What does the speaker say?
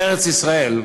בארץ-ישראל,